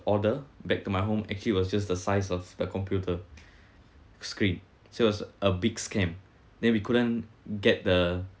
order back to my home actually was just the size of the computer screen so it was a big scam then we couldn't get the